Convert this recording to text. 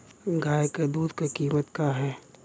गाय क दूध क कीमत का हैं?